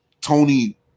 Tony